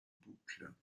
boucle